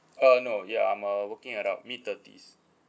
uh no ya I'm a working adult mid thirties